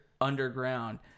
underground